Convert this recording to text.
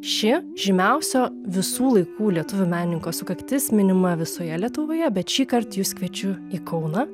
ši žymiausio visų laikų lietuvių menininko sukaktis minima visoje lietuvoje bet šįkart jus kviečiu į kauną